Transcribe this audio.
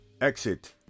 exit